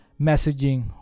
messaging